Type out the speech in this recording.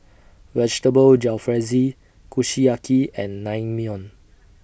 Vegetable Jalfrezi Kushiyaki and Naengmyeon